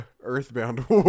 Earthbound